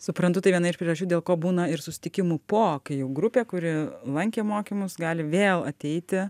suprantu tai viena iš priežasčių dėl ko būna ir susitikimų po kai jau grupė kuri lankė mokymus gali vėl ateiti